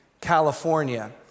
California